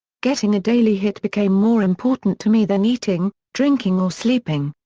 getting a daily hit became more important to me than eating, drinking or sleeping.